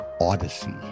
Odyssey